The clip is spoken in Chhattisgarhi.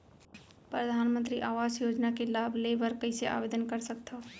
परधानमंतरी आवास योजना के लाभ ले बर कइसे आवेदन कर सकथव?